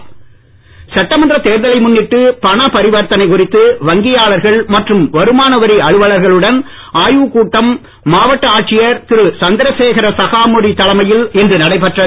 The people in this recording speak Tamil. கடலூர் சட்டமன்ற தேர்தலை முன்னிட்டு பணபரிவர்த்தனை குறித்து வங்கியாளர்கள் மற்றும் வருமானவரி அலுவலர்களுடன் ஆய்வுக் கூட்டம் மாவட்ட ஆட்சியர் திரு சந்திரசேகர சகாமூறி தலைமையில் இன்று நடைபெற்றது